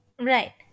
Right